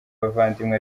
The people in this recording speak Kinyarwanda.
abavandimwe